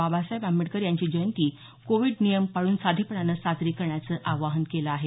बाबासाहेब आंबेडकर यांची जयंती कोविड नियम पाळून साधेपणानं साजरी करण्याचं आवाहन केल आहे